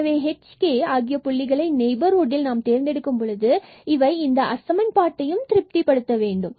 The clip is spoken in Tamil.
எனவே h and k ஆகிய புள்ளிகளை நெய்பர்ஹுட்டில் நாம் தேர்ந்தெடுக்கும் பொழுது இவை இந்த அசமண்பாட்டையும் திருப்திப்படுத்த வேண்டும்